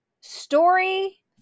Story